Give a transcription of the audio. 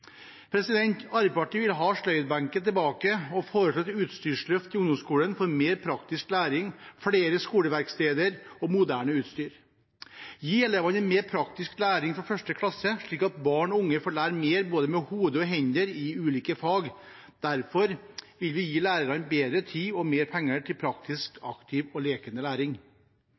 Arbeiderpartiet vil ha sløydbenken tilbake og foreslår et utstyrsløft i ungdomsskolen for mer praktisk læring, flere skoleverksteder og moderne utstyr og å gi elevene en mer praktisk læring fra 1. klasse, slik at barn og unge får lære mer med både hode og hender i ulike fag. Derfor vil vi gi lærerne bedre tid og mer penger til praktisk, aktiv og lekende læring.